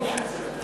איפה האופוזיציה?